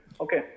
Okay